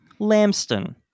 Lambston